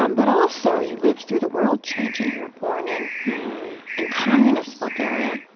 um but also, you lived through the world changing. you were born in in communist bulgaria,